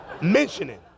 mentioning